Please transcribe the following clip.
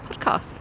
podcast